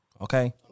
okay